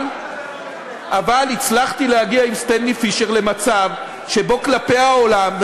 אבל הצלחתי להגיע עם סטנלי פישר למצב שבו כלפי העולם,